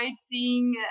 seeing